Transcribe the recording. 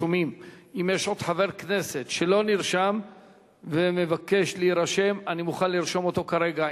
אם יש עוד חבר כנסת שלא נרשם ומבקש להירשם אני מוכן לרשום אותו כרגע,